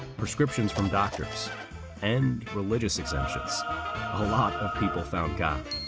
prescriptions from doctors and religious exemptions. a lot of people found god.